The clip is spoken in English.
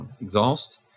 exhaust